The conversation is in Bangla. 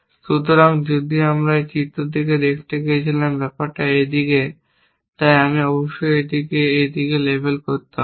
সুতরাং যদি আমি এই চিত্রটি দেখতে গিয়েছিলাম ব্যাপারটি এই দিকে তাই আমি অবশ্যই এটিকে এই দিকে লেবেল করতে হবে